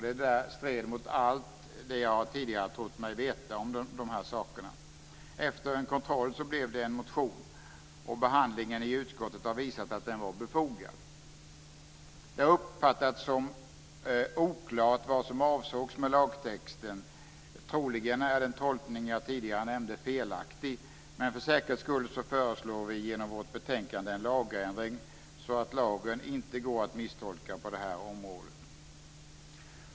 Det stred mot allt det jag tidigare trott mig veta om de här sakerna. Efter en kontroll blev det en motion. Behandlingen i utskottet har visat att den var befogad. Det har uppfattats som oklart vad som avsågs med lagtexten. Troligen är den tolkning jag tidigare nämnde felaktig, men för säkerhets skull föreslår vi genom vårt betänkande en lagändring så att lagen inte går att misstolka på det här området.